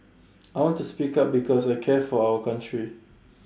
I want to speak up because I care for our country